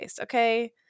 Okay